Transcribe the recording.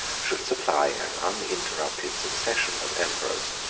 should supply an uninterrupted succession of emperors.